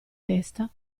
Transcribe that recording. testa